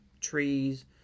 trees